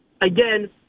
again